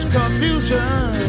confusion